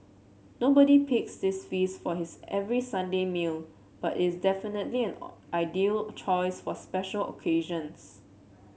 nobody picks this feast for his every Sunday meal but is definitely an ideal choice for special occasions